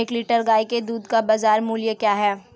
एक लीटर गाय के दूध का बाज़ार मूल्य क्या है?